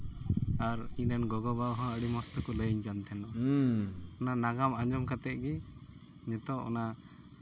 ᱟᱨ ᱤᱧ ᱨᱮᱱ ᱜᱚᱜᱚ ᱵᱟᱵᱟ ᱦᱚᱸ ᱟᱹᱰᱤ ᱢᱚᱡᱽ ᱛᱮᱠᱚ ᱞᱟᱹᱭᱟᱹᱧ ᱠᱟᱱ ᱛᱟᱦᱮᱱᱟ ᱚᱱᱟ ᱱᱟᱜᱟᱢ ᱟᱸᱡᱚᱢ ᱠᱟᱛᱮᱫ ᱜᱮ ᱱᱤᱛᱚᱜ ᱚᱱᱟ